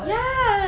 ya